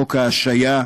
חוק ההשעיה,